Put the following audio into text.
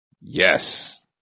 Yes